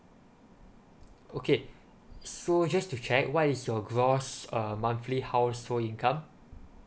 okay so just to check what is your gross uh monthly household income